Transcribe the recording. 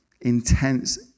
intense